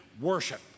worship